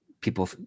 people